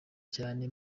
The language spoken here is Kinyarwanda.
cyane